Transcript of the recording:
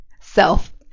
self